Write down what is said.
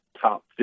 top